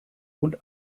und